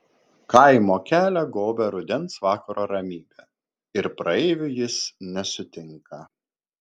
kaimo kelią gobia rudens vakaro ramybė ir praeivių jis nesutinka